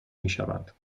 میشوند